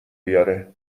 بیاره